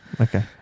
Okay